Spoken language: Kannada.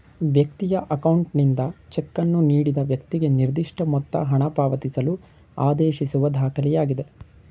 ವ್ಯಕ್ತಿಯ ಅಕೌಂಟ್ನಿಂದ ಚೆಕ್ಕನ್ನು ನೀಡಿದ ವ್ಯಕ್ತಿಗೆ ನಿರ್ದಿಷ್ಟಮೊತ್ತ ಹಣಪಾವತಿಸಲು ಆದೇಶಿಸುವ ದಾಖಲೆಯಾಗಿದೆ